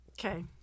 Okay